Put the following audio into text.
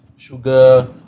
sugar